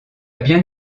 bien